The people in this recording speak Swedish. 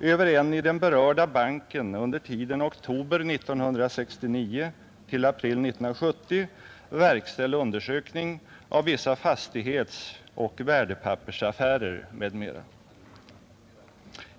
över en i den berörda banken under tiden oktober 1969—april 1970 verkställd undersökning av vissa fastighetsoch värdepappersaffärer m.m.